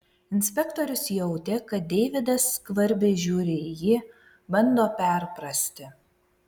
inspektorius jautė kad deividas skvarbiai žiūri į jį bando perprasti